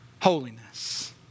holiness